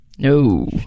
No